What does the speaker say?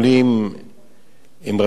עם רבי סלמן מוצפי,